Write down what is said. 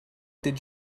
did